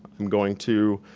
i'm going to